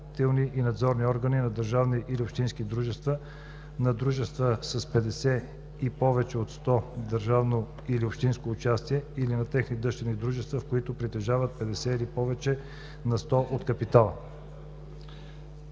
и надзорни органи на държавни или общински дружества, на дружества с 50 и повече на сто държавно или общинско участие или на техни дъщерни дружества, в които притежават 50 или повече на сто от капитала“.“